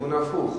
בכיוון ההפוך,